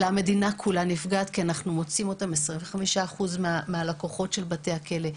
אלא המדינה כולה נפגעת כי הם מהווים 25 אחוזים מהלקוחות בכלא,